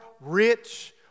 rich